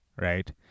right